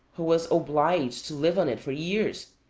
who was obliged to live on it for years,